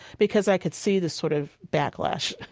because i could see the sort of backlash,